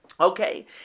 Okay